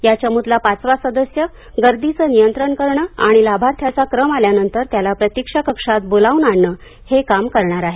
या चमूतला पाचवा सदस्य गर्दीचं नियंत्रण करणं आणि लाभार्थ्याचा क्रम आल्यानंतर त्याला प्रतिक्षा कक्षात बोलावून आणणं हे काम करणार आहे